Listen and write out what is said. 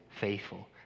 faithful